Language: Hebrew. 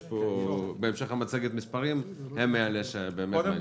יש בהמשך המצגת מספרים והם אלה שבאמת מעניינים.